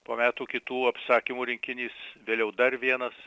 po metų kitų apsakymų rinkinys vėliau dar vienas